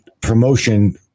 promotion